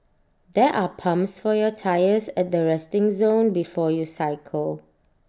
there are pumps for your tyres at the resting zone before you cycle